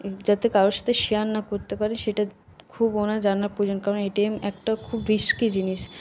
যাতে কারোর সাথে শেয়ার না করতে পারে সেটা খুব ওনার জানার প্রয়োজন কারণ এটিএম একটা খুবই রিস্কি জিনিস